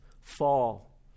fall